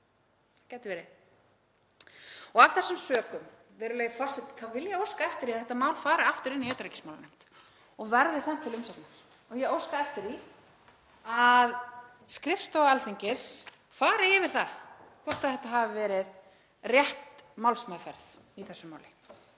gæti verið. Af þessum sökum, virðulegi forseti, vil ég óska eftir því að þetta mál fari aftur inn í utanríkismálanefnd og verði sent til umsagnar og óska eftir því að skrifstofa Alþingis fari yfir það hvort þetta hafi verið rétt málsmeðferð í þessu máli,